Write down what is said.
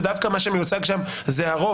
ודווקא מה שמיוצג שם זה הרוב,